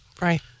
right